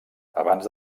abans